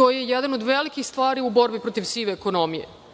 To je jedan od velikih stvari u borbi protiv sive ekonomije. Da